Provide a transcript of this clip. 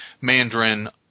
mandarin